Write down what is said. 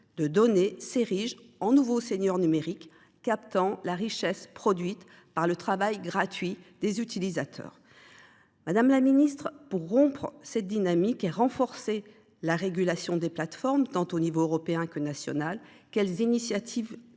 des données, s’érigent en nouveaux seigneurs numériques, captant la richesse produite par le travail gratuit des utilisateurs. Madame la ministre, pour rompre avec cette dynamique et renforcer la régulation des plateformes aux échelles nationale et européenne, quelles initiatives